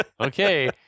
okay